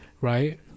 right